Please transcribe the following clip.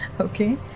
Okay